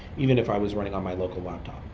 even if i was running on my local laptop.